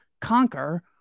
Conquer